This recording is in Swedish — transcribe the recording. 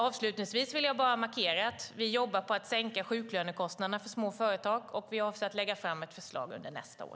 Avslutningsvis vill jag bara markera att vi jobbar på att sänka sjuklönekostnaderna för små företag och avser att lägga fram ett förslag under nästa år.